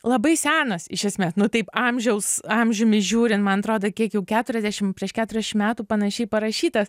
labai senas iš esmės nu taip amžiaus amžiumi žiūrint man atrodo kiek jau keturiasdešim prieš keturiašim metų panašiai parašytas